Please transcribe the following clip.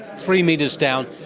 three metres down,